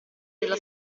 della